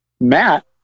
Matt